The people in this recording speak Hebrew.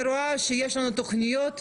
אני רואה שיש לנו תכניות מצוינות,